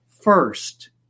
first